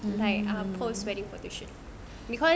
like um post wedding photoshoot